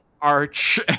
arch